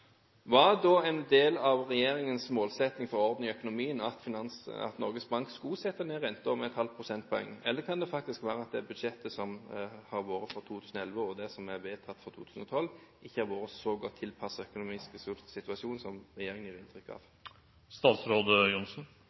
Var da en del av regjeringens målsetting for orden i økonomien at Norges Bank skulle sette ned renten med ½ prosentpoeng, eller kan det faktisk være at budsjettet for 2011 og det som er vedtatt for 2012, ikke har vært så godt tilpasset den økonomiske situasjonen som det regjeringen gir inntrykk av?